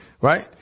right